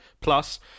plus